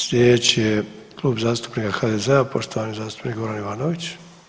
Sljedeći je Klub zastupnika HDZ-a poštovani zastupnik Goran Ivanović.